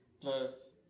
Plus